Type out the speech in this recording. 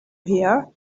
here